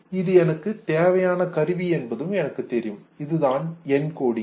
இது எனக்கு தேவையான கருவி என்பதும் எனக்கு தெரியும் இதுதான் என்கோடிங்